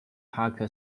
park